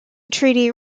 treaty